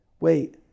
Wait